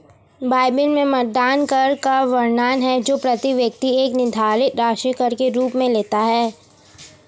Bible में मतदान कर का वर्णन है जो प्रति व्यक्ति एक निर्धारित राशि कर के रूप में लेता है